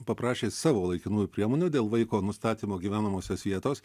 paprašė savo laikinųjų priemonių dėl vaiko nustatymo gyvenamosios vietos